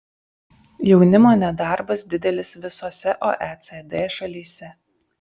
jaunimo nedarbas didelis visose oecd šalyse